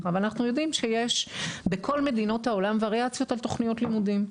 ואנחנו יודעים שיש בכל מדינות העולם ווריאציות על תוכניות לימודים.